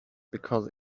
because